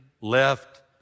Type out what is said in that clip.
left